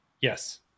Yes